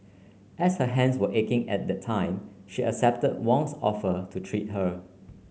as her hands were aching at that time she accept Wong's offer to treat her